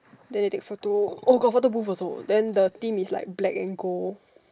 then they take photo oh got photo booth also then the theme is like black and gold